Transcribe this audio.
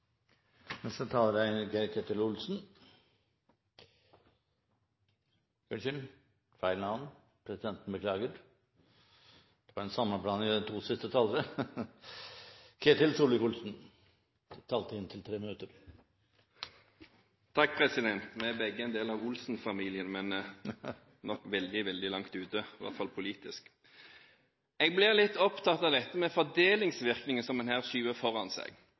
Neste taler er Geir-Ketil Olsen – unnskyld, feil navn. Presidenten beklager en sammenblanding av navnene på disse to talerne – Ketil Solvik-Olsen. Vi er begge en del av Olsen-familien, men det er nok veldig, veldig langt ute – og i alle fall politisk. Jeg blir litt opptatt av dette med fordelingsvirkninger,